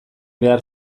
behar